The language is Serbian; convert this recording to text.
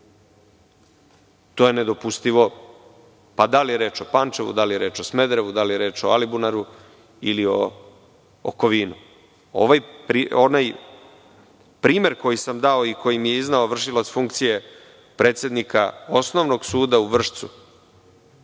to je nedopustivo. Da li je reč o Pančevu, da li je reč o Smederevu, da li je reč o Alibunaru ili o Kovinu. Onaj primer koji sam dao i koji mi je izneo vršilac funkcije predsednika Osnovnog suda u Vršcu,